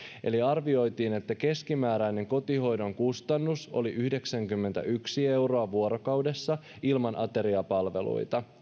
eli arvioitiin että keskimääräinen kotihoidon kustannus tampereella oli yhdeksänkymmentäyksi euroa vuorokaudessa ilman ateriapalveluita